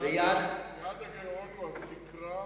יעד הגירעון הוא התקרה.